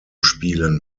spielen